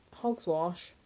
hogswash